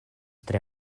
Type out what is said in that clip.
tre